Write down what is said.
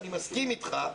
אני מסכים איתך,